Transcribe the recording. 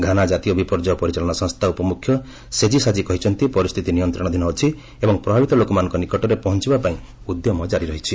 Ghana ଜାତୀୟ ବିପର୍ଯ୍ୟୟ ପରିଚାଳନା ସଂସ୍ଥା ଉପ ମୁଖ୍ୟ ସେଜି ସାଜି କହିଛନ୍ତି ପରିସ୍ଥିତି ନିୟନ୍ତ୍ରଣାଧୀନ ଅଛି ଏବଂ ପ୍ରଭାବିତ ଲୋକମାନଙ୍କ ନିକଟରେ ପହଞ୍ଚିବା ପାଇଁ ଉଦ୍ୟମ ଜାରି ରହିଛି